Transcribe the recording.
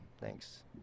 Thanks